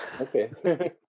Okay